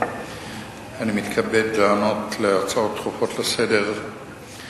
אני מתכבד לענות על הצעות דחופות לסדר-היום